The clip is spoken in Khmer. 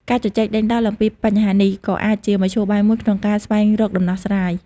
ការជជែកដេញដោលអំពីបញ្ហានេះក៏អាចជាមធ្យោបាយមួយក្នុងការស្វែងរកដំណោះស្រាយ។